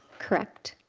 correct.